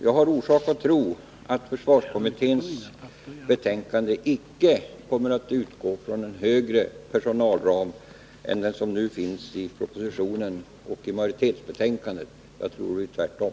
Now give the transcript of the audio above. Jag har orsak att tro att man i försvarskommitténs betänkande icke kommer att utgå från en större personalram än den som nu finns i propositionen och majoritetsbetänkandet. Jag tror att det blir tvärtom.